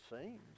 seems